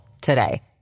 today